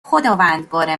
خداوندگار